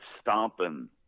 stomping